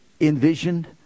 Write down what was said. envisioned